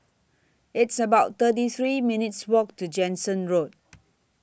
It's about thirty three minutes' Walk to Jansen Road